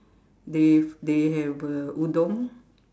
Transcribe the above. they they have uh udon